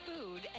food